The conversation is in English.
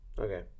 Okay